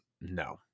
No